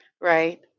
right